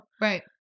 right